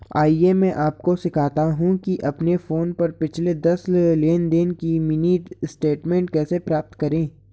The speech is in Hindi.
आइए मैं आपको सिखाता हूं कि अपने फोन पर पिछले दस लेनदेन का मिनी स्टेटमेंट कैसे प्राप्त करें